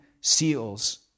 seals